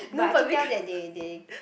but I can tell that they they